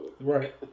Right